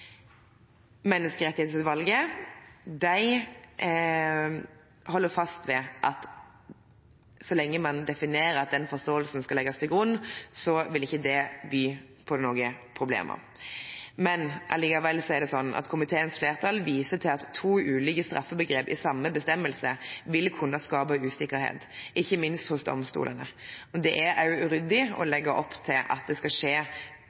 holder fast ved at så lenge man definerer at den forståelsen skal legges til grunn, vil ikke det by på noen problemer. Men allikevel er det sånn at komiteens flertall viser til at to ulike straffebegreper i samme bestemmelse vil kunne skape usikkerhet, ikke minst hos domstolene, og det er også uryddig å legge opp til at det skal skje